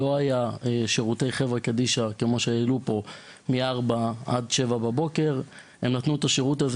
לא היו שירותי קבורה מ-16:00 ועד 07:00. נתנו את השירות הזה